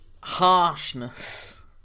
Harshness